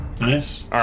nice